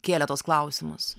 kėlė tuos klausimus